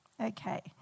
Okay